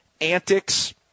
antics